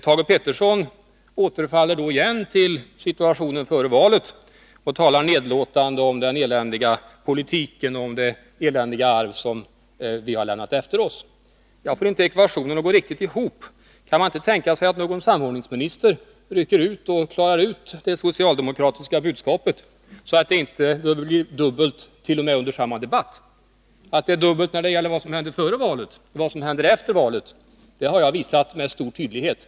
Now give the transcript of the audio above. Thage Peterson återfaller igen till situationen före valet och talar nedlåtande om den eländiga borgerliga politiken och om det eländiga arv som vi har lämnat efter oss. Jag får inte ekvationen att gå riktigt ihop. Kan man inte tänka sig att någon samordningsminister rycker ut och klarar ut det socialdemokratiska budskapet, så att det inte blir dubbelt t.o.m. under samma debatt? Att det är dubbelt när det gäller vad som hände före valet och vad som händer efter valet, det har jag tidigare visat med stor tydlighet.